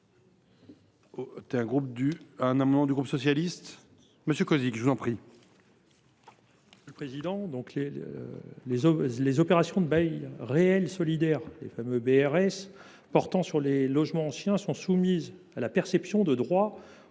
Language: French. M. Thierry Cozic. Les opérations de bail réel solidaire – les fameux BRS – portant sur les logements anciens sont soumises à la perception de droits